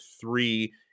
three